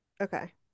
okay